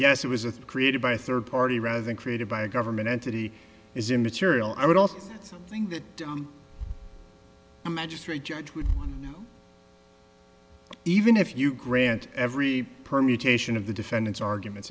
yes it was a created by third party rather than created by a government entity is immaterial i would also think that a magistrate judge would even if you grant every permutation of the defendant's arguments